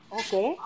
okay